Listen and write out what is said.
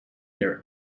their